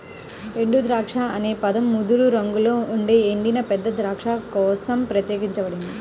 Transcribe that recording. ఎండుద్రాక్ష అనే పదం ముదురు రంగులో ఉండే ఎండిన పెద్ద ద్రాక్ష కోసం ప్రత్యేకించబడింది